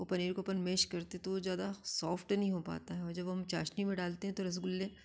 ओर पनीर को अपन मैश करते हैं तो वो जादा सॉफ्ट नहीं हो पाता है और जब हम चाशनी में डालते हैं तो रसगुल्ले